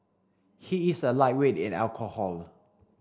he is a lightweight in alcohol